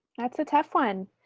that's a tough one.